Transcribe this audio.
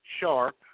sharp